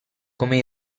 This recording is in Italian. come